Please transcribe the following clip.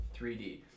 3D